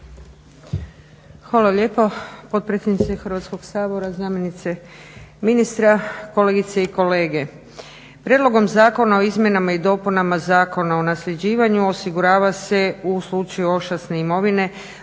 Hvala lijepo. Potpredsjednice Hrvatskog sabora, zamjenice ministra, kolegice i kolege. Prijedlogom zakona o izmjenama i dopunama Zakona o nasljeđivanju osigurava se u slučaju ošasne imovine